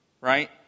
right